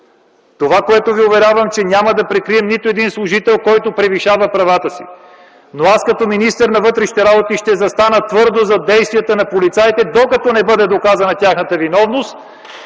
Това, което ви уверявам, е, че няма да прикрием нито един служител, който превишава правата си, но аз като министър на вътрешните работи ще застана твърдо зад действията на полицаите, докато не бъде доказана тяхната виновност